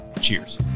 Cheers